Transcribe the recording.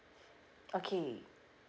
okay